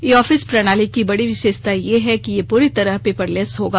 ई office प्रणाली की बड़ी विशेषता यह है यह प्री तरह पेपरलेस होगा